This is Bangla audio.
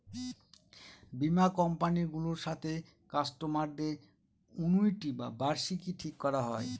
বীমা কোম্পানি গুলোর সাথে কাস্টমারদের অনুইটি বা বার্ষিকী ঠিক করা হয়